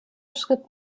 schritt